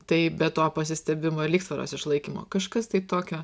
tai be to pasistiebimo ir lygsvaros išlaikymo kažkas tai tokio